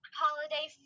holiday